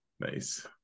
nice